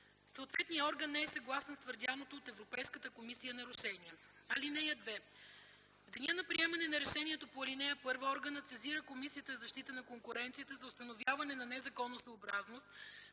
съответният орган не е съгласен с твърдяното от Европейската комисия нарушение. (2) В деня на приемане на решение по ал. 1 органът сезира Комисията за защита на конкуренцията за установяване на незаконосъобразност,